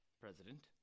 President